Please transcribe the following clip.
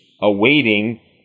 awaiting